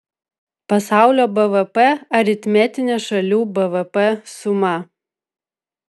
pasaulio bvp aritmetinė šalių bvp suma